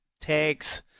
tags